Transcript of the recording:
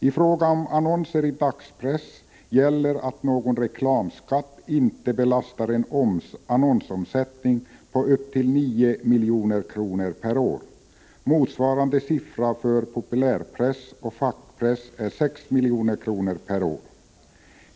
I fråga om annonser i dagspress gäller att någon reklamskatt inte belastar en annonsomsättning på upp till 9 milj.kr. per år. Motsvarande siffra för populärpress och fackpress är 6 milj.kr. per år.